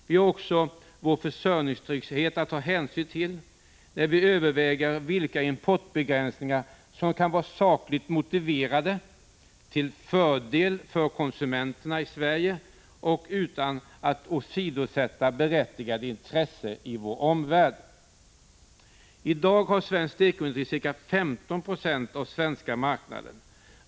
Vi har också vår försörjningstrygghet att ta hänsyn till, när vi överväger vilka importbegränsningar som kan vara sakligt motiverade och till fördel för konsumenterna i Sverige utan att åsidosätta berättigade intressen i vår omvärld. I dag har svensk tekoindustri ca 15 90 av den svenska marknaden.